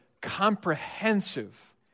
comprehensive